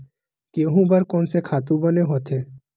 गेहूं बर कोन से खातु बने होथे?